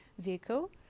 vehicle